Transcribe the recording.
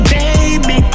baby